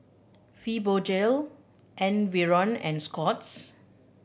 Fibogel Enervon and Scott's